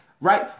Right